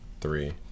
three